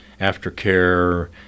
aftercare